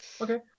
Okay